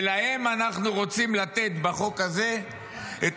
ולהם אנחנו רוצים לתת בחוק הזה את